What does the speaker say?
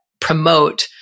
promote